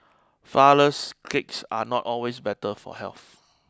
flour less cakes are not always better for health